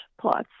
plots